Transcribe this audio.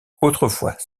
autrefois